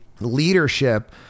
leadership